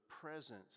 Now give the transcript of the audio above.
present